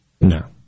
No